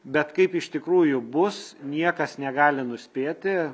bet kaip iš tikrųjų bus niekas negali nuspėti